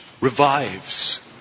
revives